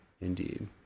indeed